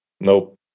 nope